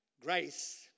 grace